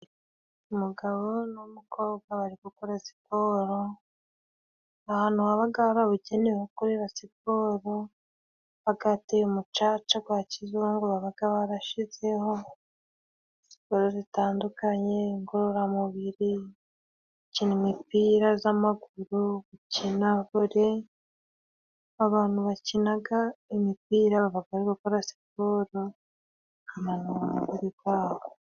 Umugabo n'umukobwa bari gukora siporo, ahantu haba harabugenewe ho gukorera siporo. Bahateye umucaca wa kizungu. Baba barashyizeho siporo zitandukanye. Igororamubiri, gukina imipira y'amaguru, gukina vore. Abantu bakina imipira baba bari gukora siporo bakananura umubiri wabo.